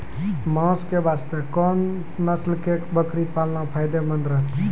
मांस के वास्ते कोंन नस्ल के बकरी पालना फायदे मंद रहतै?